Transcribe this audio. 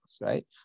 right